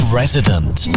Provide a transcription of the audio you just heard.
resident